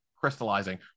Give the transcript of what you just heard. crystallizing